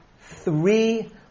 three